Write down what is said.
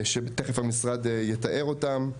שתכף המשרד יתאר אותם.